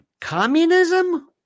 Communism